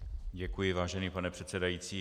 Děkuji, vážený pane předsedající.